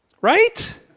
right